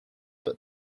but